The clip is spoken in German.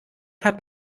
hat